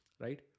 Right